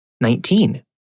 Nineteen